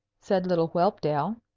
said little whelpdale.